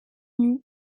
nue